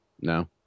No